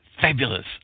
fabulous